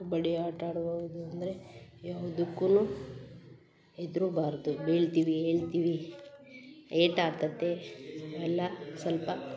ಕಬಡ್ಡಿ ಆಟ ಆಡ್ಬೋದು ಅಂದರೆ ಯಾವ್ದುಕ್ಕೂ ಹೆದ್ರಬಾರ್ದು ಬೀಳ್ತೀವಿ ಏಳ್ತೀವಿ ಏಟಾಗ್ತದೆ ಎಲ್ಲ ಸ್ವಲ್ಪ